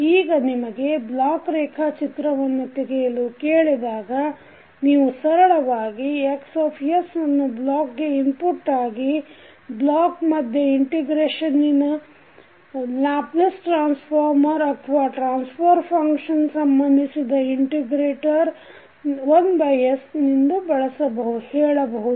ಈಗ ನಿಮಗೆ ಬ್ಲಾಕ್ ರೇಖಾಚಿತ್ರವನ್ನು ತೆಗೆಯಲು ಕೇಳಿದಾಗ ನೀನು ಸರಳವಾಗಿ Xಅನ್ನು ಬ್ಲಾಕ್ ಗೆ ಇನ್ಪುಟ್ ಆಗಿ ಬ್ಲಾಕ್ ಮಧ್ಯೆ ಇಂಟಿಗ್ರೇಟರಿನ ಲ್ಯಾಪ್ಲೇಸ್ ಟ್ರಾನ್ಸ್ಫರ್ ಅಥವಾ ಟ್ರಾನ್ಸ್ಫರ್ ಫಂಕ್ಷನ್ ಸಂಬಂಧಿಸಿದ ಇಂಟಿಗ್ರೇಟರ್ 1s ನಿಂದು ಹೇಳಬಹುದು